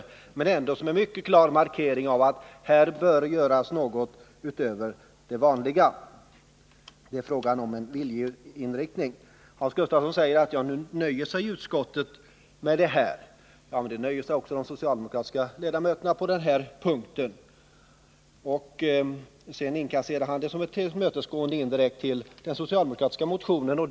Det rör sig i alla fall om en mycket klar markering av att det bör göras något utöver det vanliga. Det är fråga om en viljeinriktning. Hans Gustafsson sade att utskottet nöjer sig med detta, men det gjorde ju också de socialdemokratiska ledamöterna på den här punkten. Sedan inkasserade han det som ett indirekt tillmötesgående av de socialdemokratiska motionärerna.